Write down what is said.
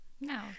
no